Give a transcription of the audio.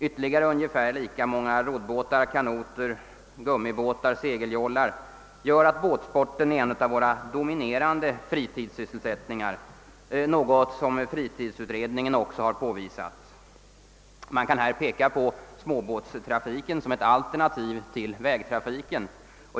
Ytterligare ungefär lika många roddbåtar, kanoter, gummibåtar och segeljollar gör att båtsporten är en av våra dominerande = fritidssysselsättningar, något som fritidsutredningen också har påvisat. Man kan här peka på småbåtstrafiken som ett alternativ till vägtrafiken.